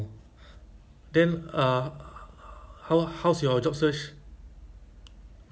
you K so like estimation by when you think you can finish the